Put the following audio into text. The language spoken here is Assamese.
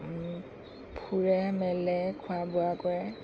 ফুৰে মেলে খোৱা বোৱা কৰে